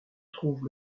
trouvent